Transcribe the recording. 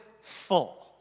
full